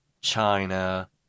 China